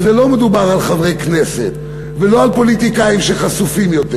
ולא מדובר על חברי כנסת ולא על פוליטיקאים שחשופים יותר,